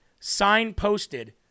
signposted